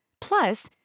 Plus